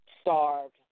starved